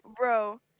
Bro